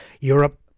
Europe